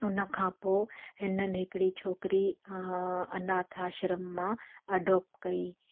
उनखां पोइ हिननि हिकिड़ी छोकिरी अनाथ आश्रम मां अडोप कई